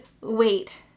wait